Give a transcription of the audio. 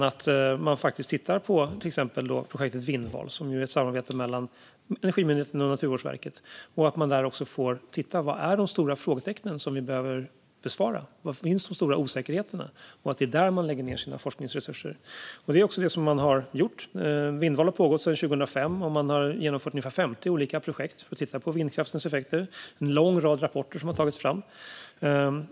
Ett exempel jag vill nämna är projektet Vindval, som är ett samarbete mellan Energimyndigheten och Naturvårdsverket. I projektet behandlas de stora frågor som vi behöver besvara och de stora osäkerheter som finns. Det är där man bör lägga sina forskningsresurser, och det är också det man har gjort. Vindval har pågått sedan 2005, och man har genomfört ungefär 50 olika projekt för att titta på vindkraftens effekter. En lång rad rapporter har tagits fram.